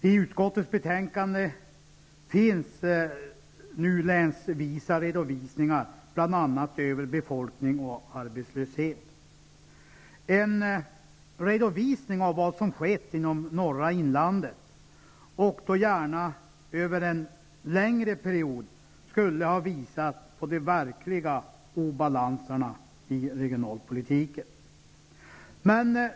I utskottets betänkande finns länsvisa redovisningar bl.a. av befolkning och arbetslöshet. En redovisning av vad som skett inom norra inlandet, gärna över en lång period, skulle ha visat på de verkliga obalanserna i regionalpolitiken.